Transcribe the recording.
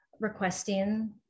requesting